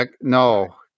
No